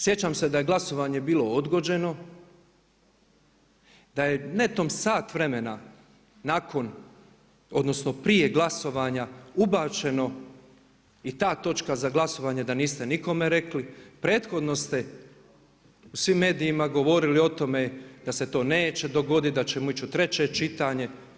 Sjećam se da je glasovanje bilo odgođeno, da je netom sat vremena nakon, odnosno prije glasovanja ubačeno i ta točka za glasovanje da niste nikome rekli, prethodno ste u svim medijima govorili o tome da se to neće dogoditi, da ćemo ići u 3. čitanje.